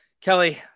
Kelly